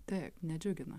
taip nedžiugina